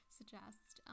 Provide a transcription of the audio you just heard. suggest